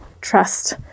trust